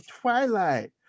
Twilight